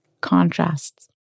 contrasts